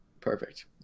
Perfect